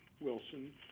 Wilson